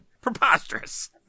Preposterous